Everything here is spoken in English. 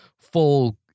full